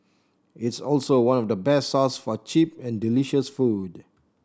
it's also one of the best source for cheap and delicious food